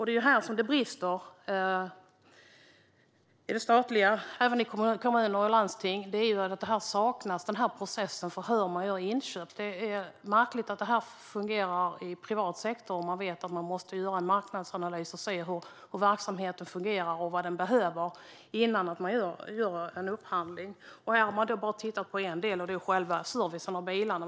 Det som brister inom staten, och även i kommuner och landsting, är att en process för hur man gör inköp saknas. Det är märkligt att detta fungerar i privat sektor. Man vet att man måste göra en marknadsanalys för att se hur verksamheten fungerar och vad den behöver innan man gör en upphandling. Här har man bara tittat på en del, och det är själva servicen av bilarna.